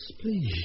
please